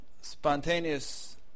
spontaneous